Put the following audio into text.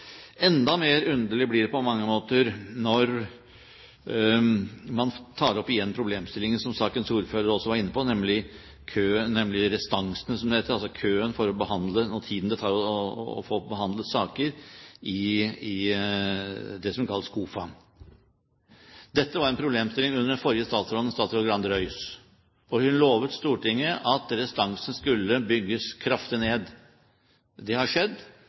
Enda mer underlig blir det på mange måter når man igjen, som sakens ordfører også var inne på, tar opp problemstillingen med restanser og tiden det tar for å få behandlet saker i det som kalles KOFA. Dette var en problemstilling under den forrige statsråden, statsråd Grande Røys. Hun lovet Stortinget at saksrestansene skulle bygges kraftig ned. Det har skjedd,